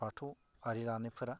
बाथौआरि लानायफोरा